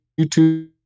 YouTube